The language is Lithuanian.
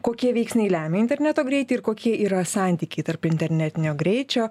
kokie veiksniai lemia interneto greitį ir kokie yra santykiai tarp internetinio greičio